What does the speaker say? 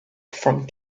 from